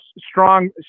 strong